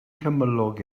gymylog